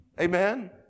Amen